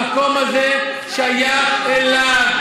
המקום הזה שייך לו.